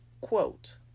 Quote